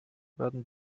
werden